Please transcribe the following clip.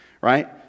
Right